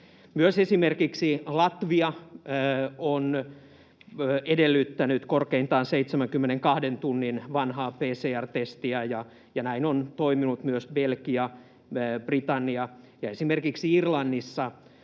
Myös esimerkiksi Latvia on edellyttänyt korkeintaan 72 tunnin vanhaa PCR-testiä, ja näin on toiminut myös Belgia ja Britannia. Ja esimerkiksi Irlannissa